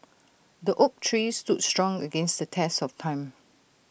the oak tree stood strong against the test of time